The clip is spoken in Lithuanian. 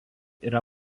yra